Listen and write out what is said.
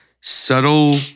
subtle